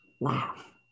laugh